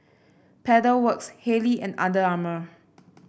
Pedal Works Haylee and Under Armour